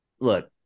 Look